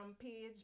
page